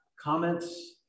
Comments